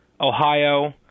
Ohio